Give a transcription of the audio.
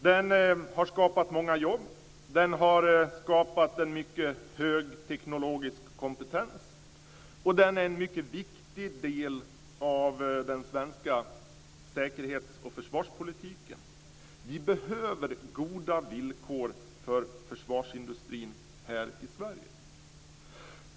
Den har skapat många jobb, den har skapat en mycket hög teknologisk kompetens och den är en mycket viktig del av den svenska säkerhets och försvarspolitiken. Vi behöver goda villkor för försvarsindustrin här i Sverige.